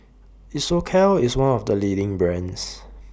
Isocal IS one of The leading brands